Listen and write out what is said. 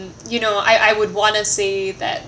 you know I I would want to say that